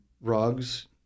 rugs